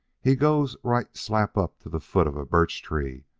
he goes right slap up to the foot of a birch tree,